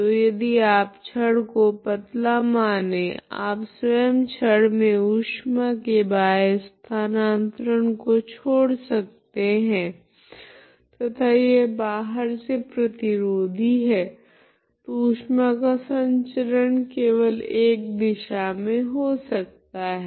तो यदि आप छड़ को पतला माने आप स्वयं छड़ मे ऊष्मा के बाह्य स्थानांतरण को छोड़ सकते है तथा यह बाहर से प्रतिरोधी है तो ऊष्मा का संचरण केवल एक दिशा मे हो सकता है